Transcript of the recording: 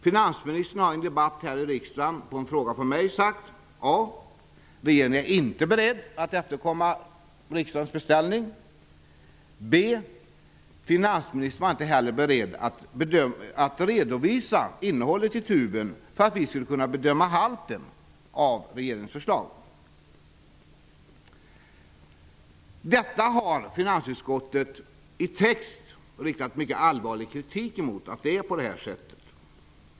Finansministern har i en debatt här i riksdagen på en fråga från mig sagt: A. Regeringen är inte beredd att efterkomma riksdagens beställning. B. Finansministern är inte heller beredd att redovisa innehållet i tuben så att vi skulle kunna bedöma halten av regeringens förslag. Detta har finansutskottet i text riktat mycket allvarlig kritik emot.